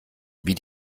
wie